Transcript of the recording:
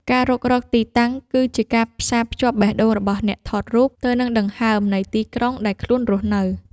ការរុករកទីតាំងគឺជាការផ្សារភ្ជាប់បេះដូងរបស់អ្នកថតរូបទៅនឹងដង្ហើមនៃទីក្រុងដែលខ្លួនរស់នៅ។